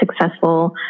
successful